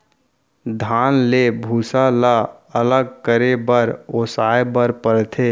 धान ले भूसा ल अलग करे बर ओसाए बर परथे